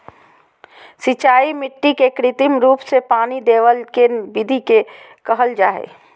सिंचाई मिट्टी के कृत्रिम रूप से पानी देवय के विधि के कहल जा हई